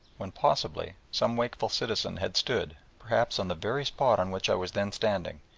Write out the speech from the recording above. when possibly some wakeful citizen had stood, perhaps on the very spot on which i was then standing,